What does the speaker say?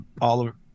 Oliver